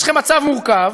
יש לכם מצב מורכב,